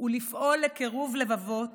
ולפעול לקירוב לבבות